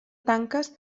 tanques